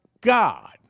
God